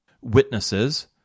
Witnesses